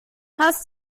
hast